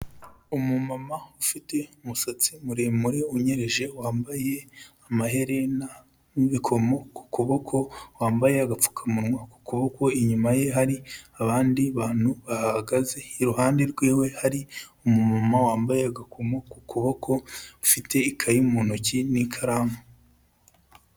Umumama ufite umusatsi muremure, unyereje, wambaye amaherena n'ibikomo ku kuboko, wambaye agapfukamunwa ku kuboko, inyuma ye hari abandi bantu bahahagaze, iruhande rwiwe hari umumama wambaye agakomo ku kuboko, afite ikayi mu ntoki n'ikaramu.